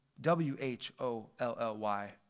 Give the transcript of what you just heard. W-H-O-L-L-Y